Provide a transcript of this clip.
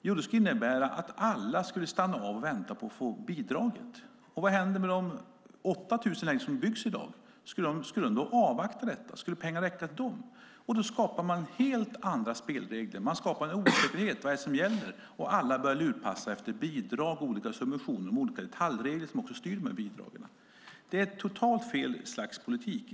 Jo, då skulle alla stanna av och vänta på att få bidraget. Vad skulle hända med de 8 000 lägenheter som byggs i dag? Skulle de avvakta detta? Skulle pengarna räcka till dem? Då skapar man helt andra spelregler. Man skapar en osäkerhet om vad som gäller, och alla börjar lurpassa efter bidrag, olika subventioner och detaljregler som styr bidragen. Det är totalt fel slags politik.